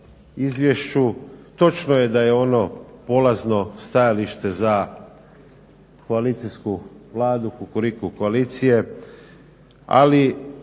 Točno je da je ono polazno stajalište za koalicijsku Vladu Kukuriku koalicije. Ali